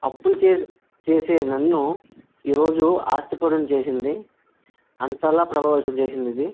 అప్పులు చేసే చేసే నన్ను ఈ రోజు ఆస్తిపరుని చేసింది అంతగా ప్రభావితం చేసింది ఇది